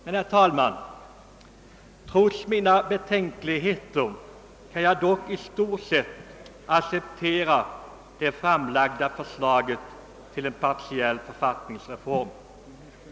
Men, herr talman, trots mina betänkligheter accepterar jag i stort sett det framlagda förslaget om en partiell författningsreform.